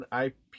IP